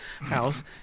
house